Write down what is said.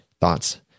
thoughts